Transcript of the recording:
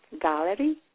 Gallery